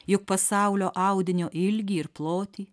juk pasaulio audinio ilgį ir plotį